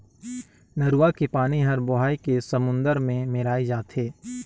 नरूवा के पानी हर बोहाए के समुन्दर मे मेराय जाथे